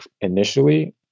initially